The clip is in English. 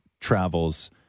travels